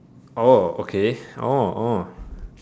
okay